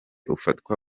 ufatwa